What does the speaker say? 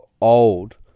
old